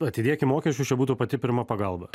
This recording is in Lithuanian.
atidėti mokesčius čia būtų pati pirma pagalba